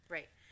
Right